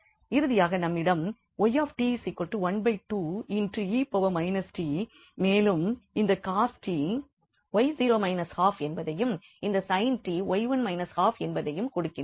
இறுதியாக நம்மிடம் y½e t மேலும் இந்தcos 𝑡 𝑦0 ½ என்பதையும் இந்த sint 𝑦1 ½ என்பதையும் கொடுக்கின்றது